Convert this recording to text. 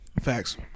Facts